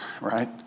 right